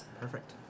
Perfect